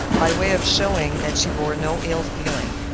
by way of showing that she bore no ill feeling.